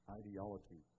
ideology